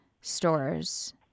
stores